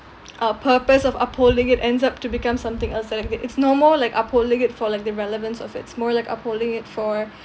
uh purpose of upholding it ends up to become something else like it's no more like upholding it for like the relevance of it it's more like upholding it for